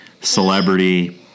Celebrity